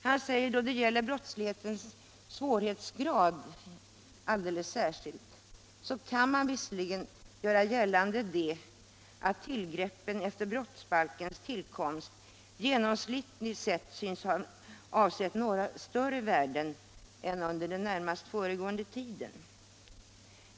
Han säger att man vad det gäller brottslighetens svårighetsgrad visserligen kan göra gällande att tillgreppen efter brottsbalkens tillkomst genomsnittligt sett tycks ha avsett något större värden än under den närmast föregående tiden.